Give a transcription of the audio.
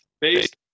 based